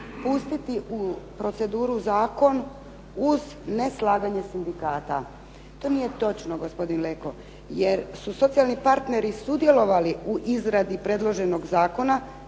pustiti u proceduru zakon uz neslaganje sindikata. To nije točno gospodine Leko, jer su socijalni partneri sudjelovali u izradi predloženog zakona,